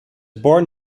born